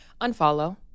unfollow